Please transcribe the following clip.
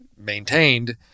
Maintained